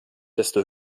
desto